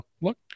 look